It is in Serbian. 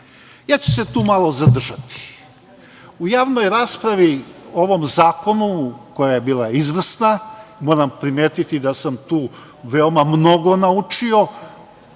Ja ću se tu malo zadržati. U javnoj raspravi o ovom zakonu koja je bila izvrsna, moram primetiti da sam tu veoma mnogo naučio,